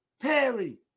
Perry